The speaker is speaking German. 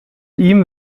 ihm